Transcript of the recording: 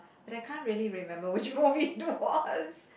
but I can't really remember which movie it was